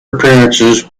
appearances